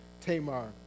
Tamar